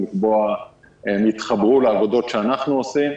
הם התחברו לעבודות שאנחנו עושים.